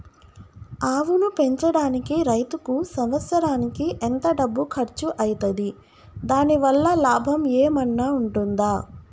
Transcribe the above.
ఆవును పెంచడానికి రైతుకు సంవత్సరానికి ఎంత డబ్బు ఖర్చు అయితది? దాని వల్ల లాభం ఏమన్నా ఉంటుందా?